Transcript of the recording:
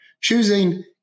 choosing